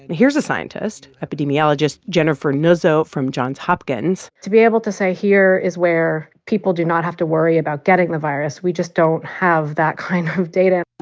here's a scientist epidemiologist jennifer nuzzo from johns hopkins to be able to say, here is where people do not have to worry about getting the virus we just don't have that kind of data